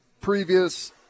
previous